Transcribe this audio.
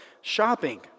shopping